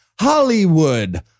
Hollywood